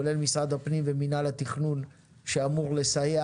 כולל משרד הפנים ומנהל התכנון שאמור לסייע